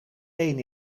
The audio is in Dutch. één